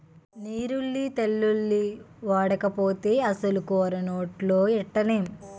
నీరుల్లి తెల్లుల్లి ఓడకపోతే అసలు కూర నోట్లో ఎట్టనేం